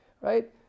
right